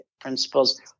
principles